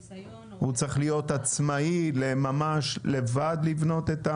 הוא צריך להיות עצמאי, ממש לבד לבנות?